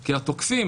כי התוקפים,